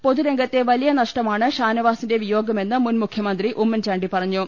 പൊതുരംഗത്തെ വലിയ നഷ്ടമാണ് ഷാനവാസിന്റെ വിയോ ഗമെന്ന് മുൻമുഖ്യമന്ത്രി ഉമ്മൻചാണ്ടി പറഞ്ഞു